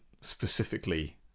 specifically